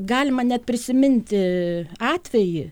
galima net prisiminti atvejį